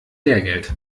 lehrgeld